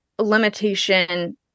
limitation